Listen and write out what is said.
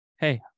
Hey